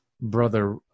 brother